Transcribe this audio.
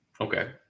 Okay